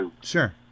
Sure